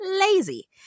lazy